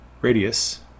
radius